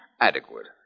Adequate